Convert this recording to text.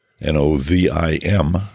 N-O-V-I-M